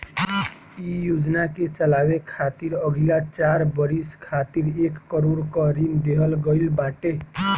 इ योजना के चलावे खातिर अगिला चार बरिस खातिर एक करोड़ कअ ऋण देहल गईल बाटे